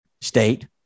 state